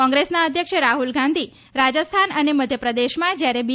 કોંગ્રેસના અધ્યક્ષ રાહુલ ગાંધી રાજસ્થાન અને મધ્યપ્રદેશમાં જ્યારે બી